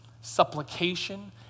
supplication